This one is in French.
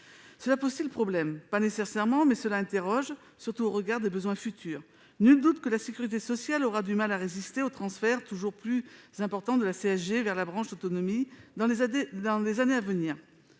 Cela pose-t-il problème ? Pas nécessairement, mais cela interroge surtout au regard des besoins futurs. Nul doute que la sécurité sociale aura du mal à résister aux transferts toujours plus importants de la CSG vers la branche d'autonomie dans les années à venir.